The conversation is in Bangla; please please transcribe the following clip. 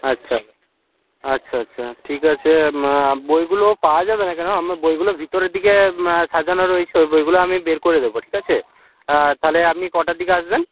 আচ্ছা আচ্ছা আচ্ছা আচ্ছা ঠিক আছে বইগুলো পাওয়া যাবে না কেন আমরা বইগুলো ভিতরের দিকে সাজানো রয়েছে ওই বইগুলো আমি বের করে দেবো ঠিক আছে তাহলে আপনি কটার দিকে আসবেন